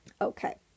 okay